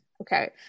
Okay